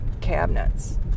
cabinets